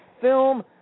film